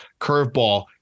curveball